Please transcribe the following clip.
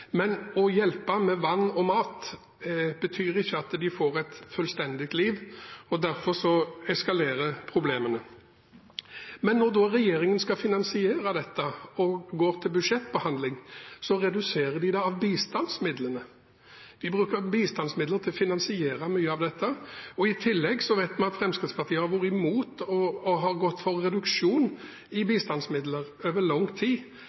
men å hjelpe med vann og mat betyr ikke at en får et fullverdig liv. Derfor eskalerer problemene. Når regjeringen da skal finansiere dette ved budsjettbehandlingen, reduserer de bistandsmidlene. De bruker bistandsmidler til å finansiere mye av dette, og i tillegg vet vi at Fremskrittspartiet i lang tid har vært imot og gått for reduksjon i